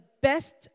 best